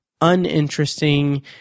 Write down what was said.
uninteresting